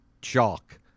chalk